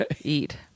eat